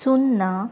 चुन्नां